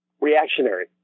reactionary